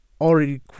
already